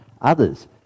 others